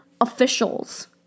officials